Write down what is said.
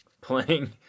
playing